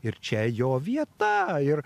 ir čia jo vieta ir